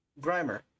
Grimer